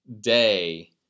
day